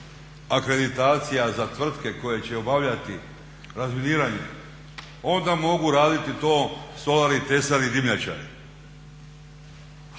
akreditacija za tvrtke koje će obavljati razminiranje onda mogu raditi to stolari, tesari, dimnjačari.